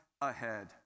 ahead